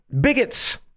bigots